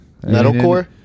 metalcore